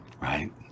right